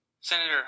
Senator